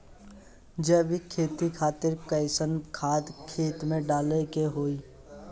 जैविक खेती खातिर कैसन खाद खेत मे डाले के होई?